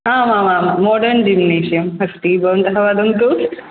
आमामां modern gymnasium अस्ति भवन्तः वदन्तु